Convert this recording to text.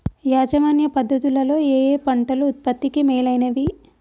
యాజమాన్య పద్ధతు లలో ఏయే పంటలు ఉత్పత్తికి మేలైనవి?